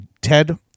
Ted